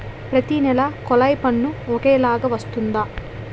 ప్రతి నెల కొల్లాయి పన్ను ఒకలాగే వస్తుందా?